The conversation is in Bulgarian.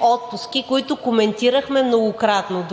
отпуски, които коментирахме многократно.